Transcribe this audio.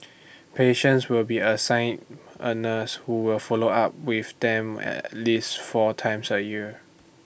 patients will be assigned A nurse who will follow up with them at least four times A year